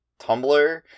Tumblr